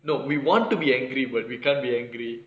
no we want to be angry but we can't be angry